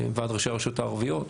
ועד ראשי הרשויות הערביות,